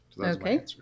Okay